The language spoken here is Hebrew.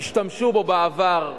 השתמשו בו בעבר,